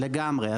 לגמרי.